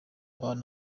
abantu